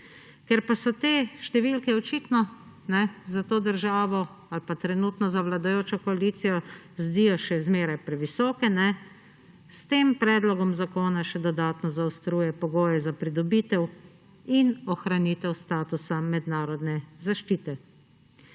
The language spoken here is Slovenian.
Ker pa so te številke očitno za to državo ali pa trenutno za vladajočo koalicijo še zmeraj previsoke, s tem predlogom zakona še dodatno zaostruje pogoje za pridobitev in ohranitev statusa mednarodne zaščite.